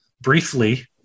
briefly-